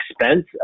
expense